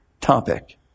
topic